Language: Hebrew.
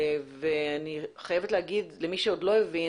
אני חייבת להגיד למי שעוד לא הבין